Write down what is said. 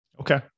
Okay